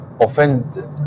offend